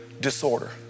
disorder